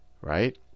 right